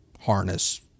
harness